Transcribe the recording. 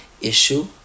issue